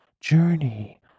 Journey